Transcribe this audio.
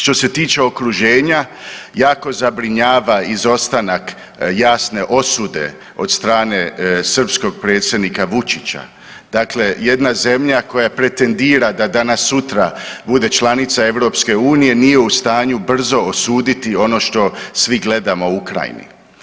Što se tiče okruženja, jako zabrinjava izostanak jasne osude od strane srpskog predsjednika Vučića, dakle jedna zemlja koja pretendira da danas-sutra bude članica EU nije u stanju brzo osuditi ono što svi gledamo u Ukrajini.